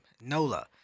Nola